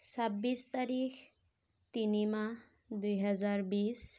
ছাব্বিছ তাৰিখ তিনি মাহ দুহেজাৰ বিছ